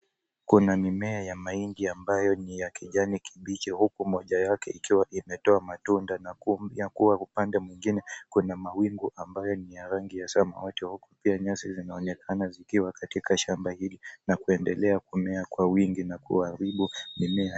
Kuna mimea ya mahindi ambayo ni ya kijani kibichi huku moja yake ikiwa imetoa matunda na upande mwingine kuna mawingu ambayo ni ya rangi ya samawati huku pia nyasi zinaonekana zikiwa katika shamba hili na kuendelea kumea kwa wingi na kuharibu mimea.